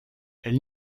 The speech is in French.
elle